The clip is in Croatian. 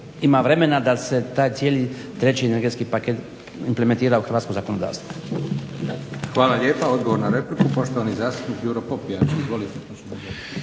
ima vremena da se taj cijeli treći energetski paket implementira u hrvatsko zakonodavstvo.